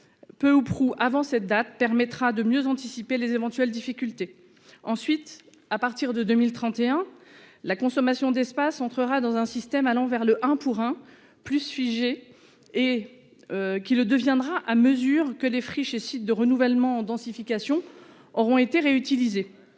Peu ou prou avant cette date permettra de mieux anticiper les éventuelles difficultés ensuite à partir de 2031 la consommation d'espace entrera dans un système à l'envers le un pour un plus figé et. Qu'il le deviendra à mesure que les friches et de renouvellement densification auront été réutilisés.